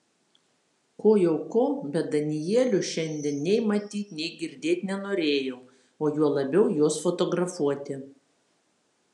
ko jau ko bet danielių šiandien nei matyt nei girdėt nenorėjau o juo labiau juos fotografuoti